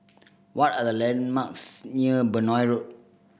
what are the landmarks near Benoi Road